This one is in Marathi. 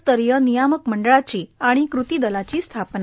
स्तरीय नियामक मंडळाची आणि कृती दलाची स्थापना